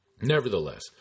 Nevertheless